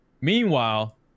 meanwhile